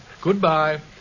Goodbye